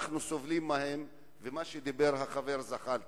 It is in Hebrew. שאנחנו סובלים מהם, על מה שדיבר חבר הכנסת